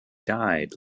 died